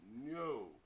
No